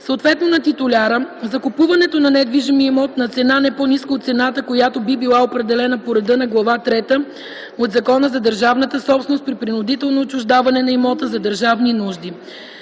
съответно на титуляра, закупуването на недвижимия имот на цена не по-ниска от цената, която би била определена по реда на Глава трета от Закона за държавната собственост при принудително отчуждаване на имота за държавни нужди;